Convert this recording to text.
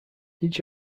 each